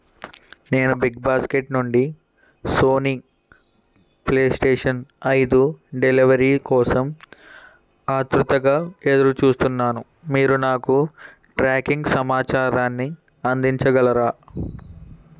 నేను బిగ్బాస్కెట్ నుండి Sony PlayStation ఐదు డెలివరీ కోసం ఆత్రుతగా ఎదురుచూస్తున్నాను మీరు నాకు ట్రాకింగ్ సమాచారాన్ని అందించగలరా